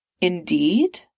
Indeed